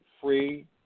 free